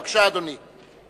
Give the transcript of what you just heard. בבקשה, אדוני.